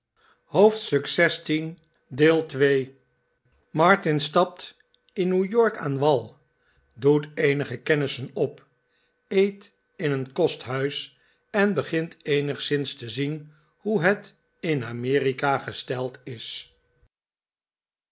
hoofdstuk xvi martin stapt in new york aan wal r doet eenige kennissen op eet in een kostnuis en begint eenigszins te zien hoe het in amerika gesteld is